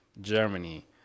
germany